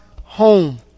home